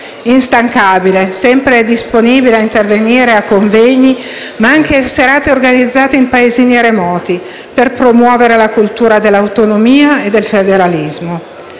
Instancabile, sempre disponibile a venire a convegni ma anche a serate organizzate in paesini remoti per promuovere la cultura dell'autonomia e del federalismo.